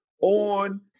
on